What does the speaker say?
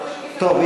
טוב,